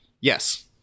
Yes